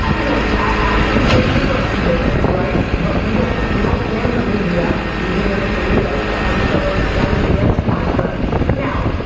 you know i think that they should run super bowl, right? but we don't we don't plan their media we do their creative and so that is against my strategy. now,